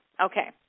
Okay